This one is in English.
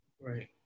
right